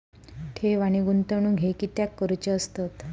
ठेव आणि गुंतवणूक हे कित्याक करुचे असतत?